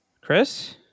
Chris